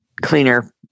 cleaner